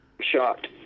shocked